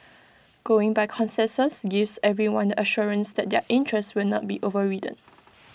going by consensus gives everyone the assurance that their interests will not be overridden